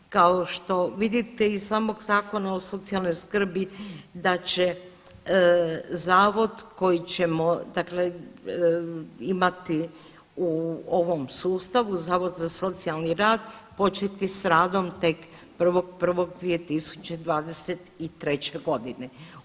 Kao što vidite iz samog Zakona o socijalnoj skrbi da će zavod koji ćemo, dakle imati u ovom sustavu zavod za socijalni rad početi s radom tek 1.1.2023. godine.